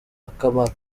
akamaro